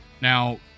Now